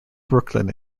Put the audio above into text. brooklyn